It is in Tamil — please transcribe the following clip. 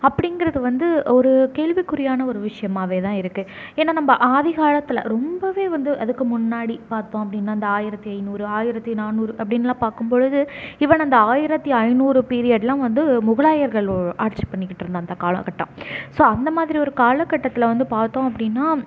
அப்படிங்கிறது வந்து ஒரு கேள்விக்குறியான ஒரு விஷயமாகவேதான் இருக்குது ஏன்னா நம்ம ஆதிகாலத்தில் ரொம்பவே வந்து அதுக்கு முன்னாடி பார்த்தோம் அப்படின்னா அந்த ஆயிரத்தி ஐநூறு ஆயிரத்தி நானூறு அப்படின்னுலாம் பார்க்கும்பொழுது ஈவன் அந்த ஆயிரத்தி ஐநூறு பீரியட்லாம் வந்து முகலாயர்கள் ஆட்சி பண்ணிக்கிட்டிருந்த அந்த காலக்கட்டம் ஸோ அந்தமாதிரி ஒரு காலகட்டத்தில் வந்து பார்த்தோம் அப்படின்னா